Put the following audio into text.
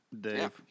Dave